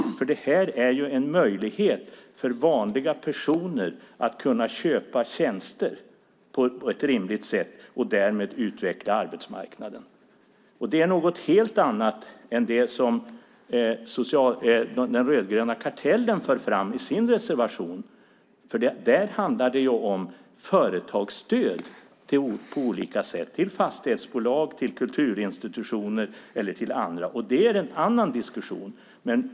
Det här är en möjlighet för vanliga personer att köpa tjänster på ett rimligt sätt och därmed utveckla arbetsmarknaden. Det är något helt annat än det som den rödgröna kartellen för fram i sin reservation. Där handlar det om företagsstöd på olika sätt till fastighetsbolag, kulturinstitutioner och andra. Det är en annan diskussion.